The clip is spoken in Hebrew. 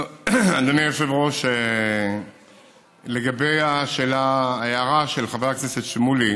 אדוני היושב-ראש, לעניין ההערה של חבר הכנסת שמולי